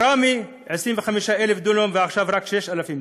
א-ראמה, 25,000 דונם, ועכשיו רק 6,000 דונם,